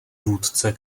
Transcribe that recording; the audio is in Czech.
vůdce